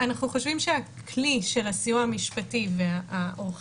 אנחנו חושבים שכלי של הסיוע המשפטי ועורכי